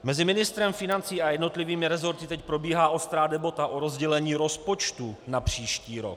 Mezi ministrem financí a jednotlivými rezorty teď probíhá ostrá debata o rozdělení rozpočtu na příští rok.